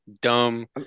Dumb